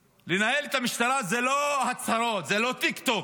לנהל את המשטרה זה לא הצהרות, זה לא טיקטוק,